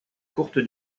courte